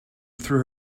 threw